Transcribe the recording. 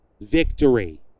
victory